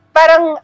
parang